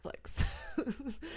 Netflix